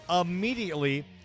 immediately